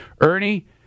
Ernie